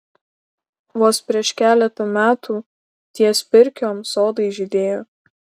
vos prieš keletą metų ties pirkiom sodai žydėjo